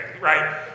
right